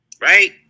Right